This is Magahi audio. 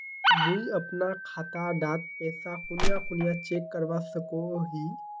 मुई अपना खाता डात पैसा कुनियाँ कुनियाँ चेक करवा सकोहो ही?